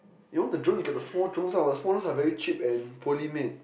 you know the drones you get the small drones ah but the small ones are very cheap and poorly made